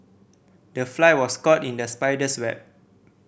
the fly was caught in the spider's web